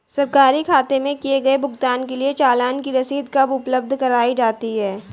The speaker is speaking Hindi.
सरकारी खाते में किए गए भुगतान के लिए चालान की रसीद कब उपलब्ध कराईं जाती हैं?